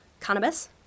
cannabis